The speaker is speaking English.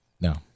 No